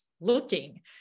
looking